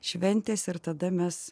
šventės ir tada mes